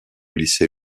lycée